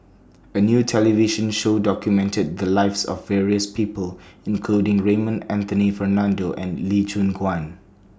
A New television Show documented The Lives of various People including Raymond Anthony Fernando and Lee Choon Guan